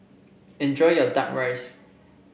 enjoy your duck rice